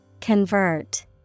convert